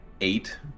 eight